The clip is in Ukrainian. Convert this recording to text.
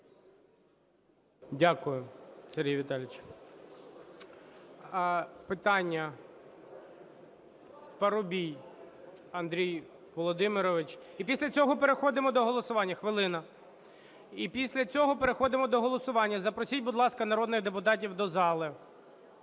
Дякую, Сергій Віталійович. Питання. Парубій Андрій Володимирович, і після цього переходимо до голосування. Хвилина, і після цього переходимо до голосування. Запросіть, будь ласка, народних депутатів до залу.